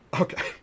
Okay